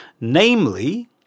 Namely